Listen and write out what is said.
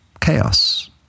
chaos